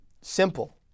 Simple